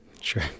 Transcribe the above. Sure